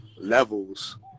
levels